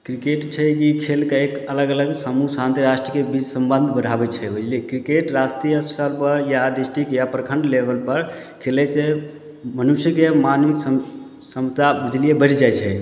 cricket छै की खेलके एक अलग अलग समूह शांति राष्ट्रके बीच संबंध बढ़ाबै छै बुझलिए क्रिकेट राष्ट्रीय स्तर पर या डिस्ट्रिक्ट या प्रखंड लेबल पर खेलय से मनुष्यके मानविक क्षम क्षमता बुझलिए बढ़ि जाइ छै